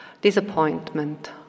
disappointment